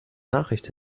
nachricht